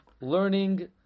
learning